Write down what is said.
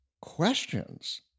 questions